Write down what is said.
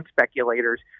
speculators